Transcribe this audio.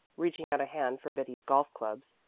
reaching out a hand for betty's golf clubs,